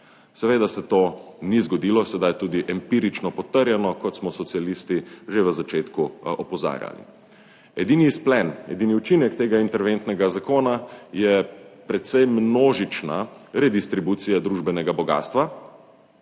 Seveda se to ni zgodilo, sedaj je tudi empirično potrjeno, kot smo socialisti že v začetku opozarjali. Edini izplen, edini učinek tega interventnega zakona je precej množična redistribucija družbenega bogastva